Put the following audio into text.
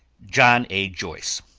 john a. joyce.